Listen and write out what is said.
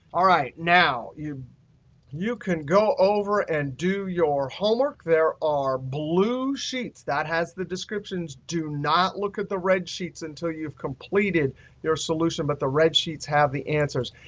all right, now, you you can go over and do your homework. there are blue sheets that has the descriptions. do not look at the red sheets until you've completed your solution. but the red sheets have the answers.